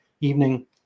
evening